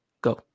go